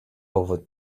over